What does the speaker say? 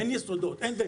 אין יסודות אין זה,